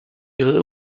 ihre